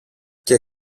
και